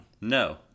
No